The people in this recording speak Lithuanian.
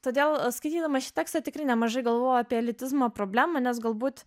todėl skaitydama šį tekstą tikrai nemažai galvojau apie elitizmo problemą nes galbūt